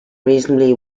reasonably